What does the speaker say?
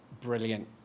Brilliant